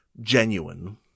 genuine